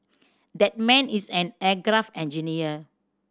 that man is an aircraft engineer